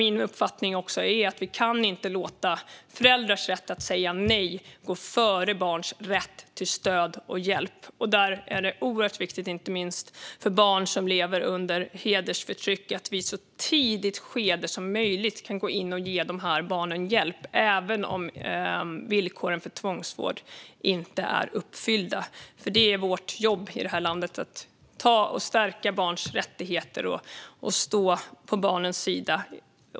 Min uppfattning är att vi inte kan låta föräldrars rätt att säga nej gå före barns rätt till stöd och hjälp. Det är oerhört viktigt inte minst för barn som lever under hedersförtryck att vi i ett så tidigt skede som möjligt kan gå in och ge dem hjälp även om villkoren för tvångsvård inte är uppfyllda. Det är vårt jobb i det här landet att stärka barns rättigheter och att stå på barnens sida.